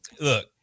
Look